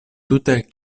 tute